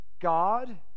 God